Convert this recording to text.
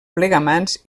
plegamans